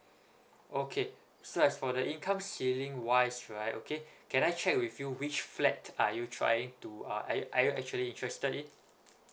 okay so as for the income ceiling wise right okay can I check with you which flat are you trying to uh are you are you actually interested in